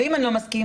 ואם אני לא מסכים?